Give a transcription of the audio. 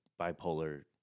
bipolar